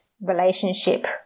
relationship